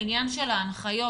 העניין של הנחיות,